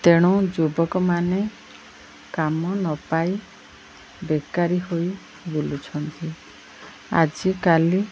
ତେଣୁ ଯୁବକମାନେ କାମ ନ ପାଇ ବେକାରୀ ହୋଇ ବୁଲୁଛନ୍ତି ଆଜିକାଲି